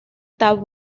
that